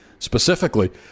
specifically